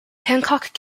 hancock